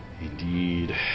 Indeed